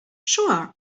sure